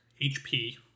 HP